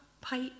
pipe